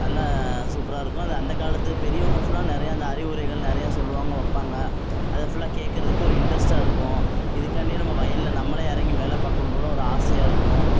நல்ல சூப்பராக இருக்கும் அது அந்த காலத்து பெரியவங்க ஃபுல்லாக நிறையா அந்த அறிவுரைகள் நிறையா சொல்லுவாங்க வைப்பாங்க அதை ஃபுல்லாக கேட்கறதுக்கு ஒரு இன்ட்ரெஸ்டாக இருக்கும் இதுக்காண்டி நம்ம வயலில் நம்மளே இறங்கி வேலை பார்க்கணும் போல ஒரு ஆசையாக இருக்கும்